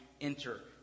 enter